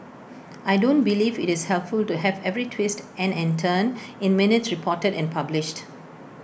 I don't believe IT is helpful to have every twist and and turn in minutes reported and published